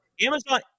Amazon